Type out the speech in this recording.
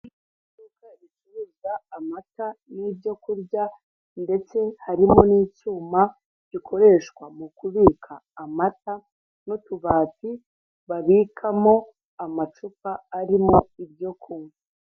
Iri ni iduka ricuruza amata n'ibyo kurya ndetse harimo n'icyuma gikoreshwa mu kubika amata, n'utubati babikamo amacupa arimo ibyo kunywa.